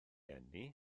eni